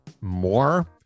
more